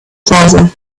plaza